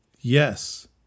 Yes